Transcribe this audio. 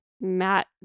Matt